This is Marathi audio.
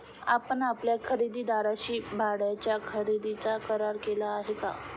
आपण आपल्या खरेदीदाराशी भाड्याच्या खरेदीचा करार केला आहे का?